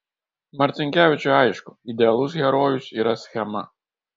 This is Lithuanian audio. marcinkevičiui aišku idealus herojus yra schema